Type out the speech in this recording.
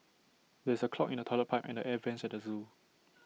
there is A clog in the Toilet Pipe and the air Vents at the Zoo